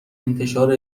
انتشار